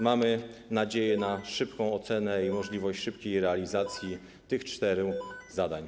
Mamy nadzieję na szybką ocenę i możliwość szybkiej realizacji tych czterech zadań.